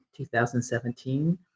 2017